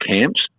camps